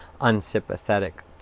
unsympathetic